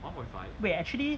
wait actually